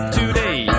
today